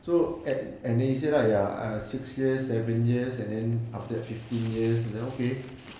so and and then he said lah ya ah six years seven years and then after that fifteen years and ah okay